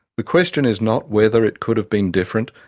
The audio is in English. the question is not whether it could have been different,